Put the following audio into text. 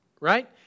right